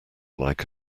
like